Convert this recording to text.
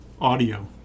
audio